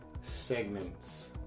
segments